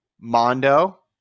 Mondo